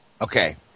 Okay